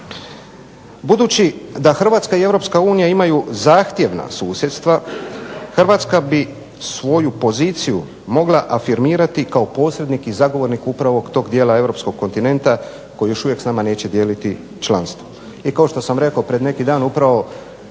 Budući da Hrvatska i Europska unija imaju zahtjevna susjedstva, Hrvatska bi svoju poziciju mogla afirmirati kao posrednik i zagovornik upravo tog dijela europskog kontinenta koji još uvijek s nama neće dijeliti članstvo. I kao što sam rekao pred neki dan upravo